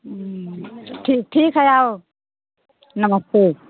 ठीक ठीक है आओ नमस्ते